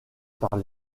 par